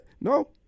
no